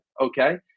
Okay